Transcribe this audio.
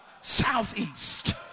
southeast